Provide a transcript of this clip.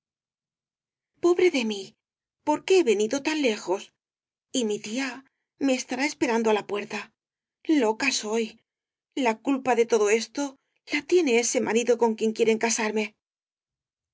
pobre de mí por qué he venido tan lejos y mi tía me estará esperando á la puerta loca que soy la culpa de todo esto la tiene ese marido con quien quieren casarme